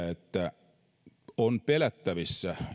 että ennusteiden mukaan on pelättävissä